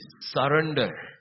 surrender